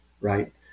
right